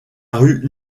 rue